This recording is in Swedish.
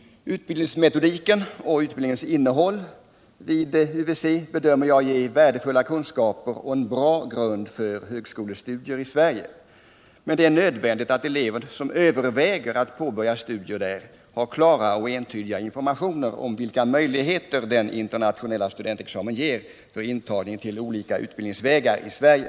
Utbildningsmetodiken och utbildningens innehåll vid UWC ger, enligt min bedömning, värdefulla kunskaper och en bra grund för högskolestudier i Sverige. Men det är nödvändigt att elever som överväger att påbörja studier där har klara och entydiga informationer om vilka möjligheter en internationell studentexamen ger till intagning till olika utbildningsvägar i Sverige.